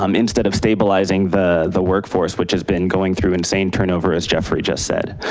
um instead of stabilizing the the workforce, which has been going through insane turnover as jeffry just said.